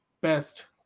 best